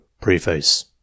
Preface